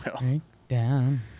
Breakdown